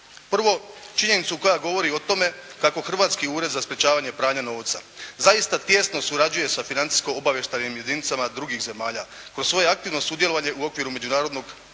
Prvo, činjenicu koja govori o tome kako hrvatski Ured za sprječavanje pranja novca zaista tijesno surađuje sa financijsko-obavještajnim jedinicama drugih zemalja kroz svoje aktivno sudjelovanje u okviru međunarodnog Udruženja